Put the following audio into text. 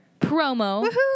promo